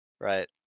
right